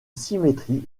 symétrie